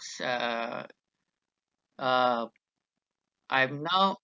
uh uh I've now